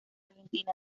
argentina